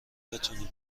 بتونی